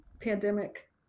pandemic